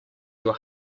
your